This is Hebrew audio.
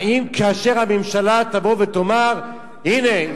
האם כאשר הממשלה תבוא ותאמר: הנה,